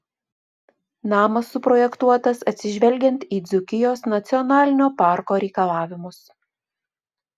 namas suprojektuotas atsižvelgiant į dzūkijos nacionalinio parko reikalavimus